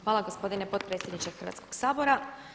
Hvala gospodine potpredsjedniče Hrvatskog sabora.